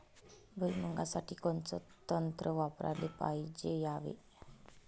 भुइमुगा साठी कोनचं तंत्र वापराले पायजे यावे?